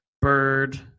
Bird